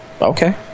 okay